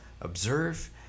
observe